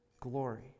glory